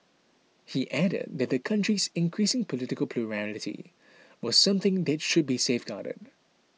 he added that the country's increasing political plurality was something that should be safeguarded